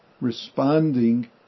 responding